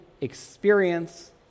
experience